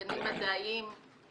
גנים מדעיים.